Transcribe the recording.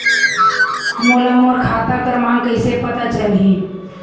मोला मोर खाता क्रमाँक कइसे पता चलही?